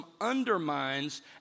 undermines